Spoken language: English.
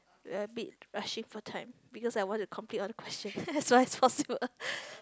rabbit rushing for time because I want to complete all the question that's why possible